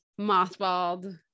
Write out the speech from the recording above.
mothballed